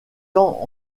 temps